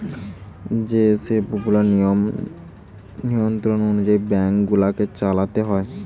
যে সব গুলা নিয়ম নিয়ন্ত্রণ অনুযায়ী বেঙ্ক গুলাকে চলতে হয়